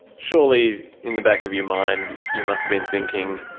surely, in the back of your mind, you must've been thinking,